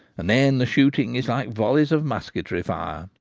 and then the shooting is like volleys of musketry fire.